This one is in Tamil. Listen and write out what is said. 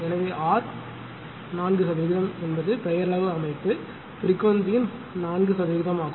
எனவே ஆர் 4 சதவிகிதம் என்பது பெயரளவு அமைப்பு பிரிக்வன்சிணின் 4 சதவிகிதம் ஆகும்